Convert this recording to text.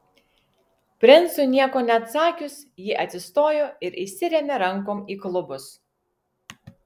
princui nieko neatsakius ji atsistojo ir įsirėmė rankom į klubus